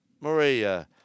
Maria